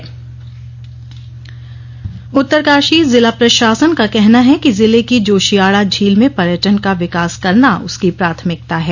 पत्रकार वार्ता उत्तरकाशी जिला प्रशासन का कहना है कि जिले की जोशियाडा झील में पर्यटन का विकास करना उसकी प्राथमिकता है